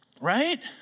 Right